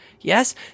Yes